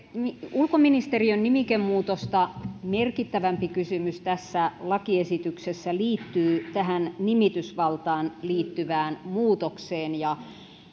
ulkoministeriön nimikemuutosta merkittävämpi kysymys tässä lakiesityksessä liittyy tähän nimitysvaltaan liittyvään muutokseen